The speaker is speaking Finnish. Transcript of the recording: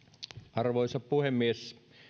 arvoisa puhemies